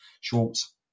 Schwartz